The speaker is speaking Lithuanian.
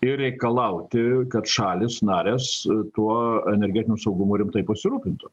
ir reikalauti kad šalys narės tuo energetiniu saugumu rimtai pasirūpintų